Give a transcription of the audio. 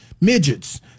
midgets